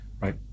Right